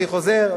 אני חוזר,